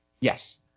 Yes